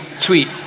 tweet